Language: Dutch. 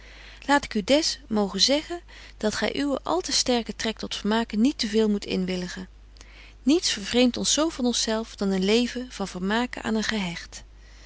laat ik u des mogen zeggen dat gy uwen al te sterken trek tot vermaken niet te veel moet inwilligen niets vervreemt ons zo van ons zelf dan een leven van vermaken aan een gehecht